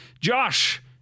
Josh